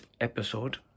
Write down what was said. episode